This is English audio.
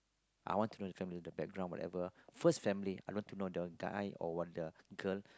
I want to know the family the background whatever first family I want to know the guy or what the girl